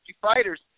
fighters